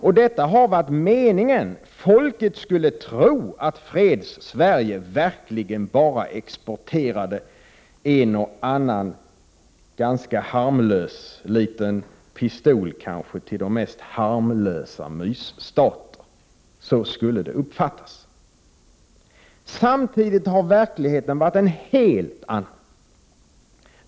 Och detta har varit meningen — folket skulle tro att Fredssverige bara exporterade en och annan ganska harmlös liten pistol till de mest harmlösa mysstaterna. Det var alltså så det skulle uppfattas. Samtidigt har verkligheten varit en helt annan.